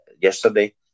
yesterday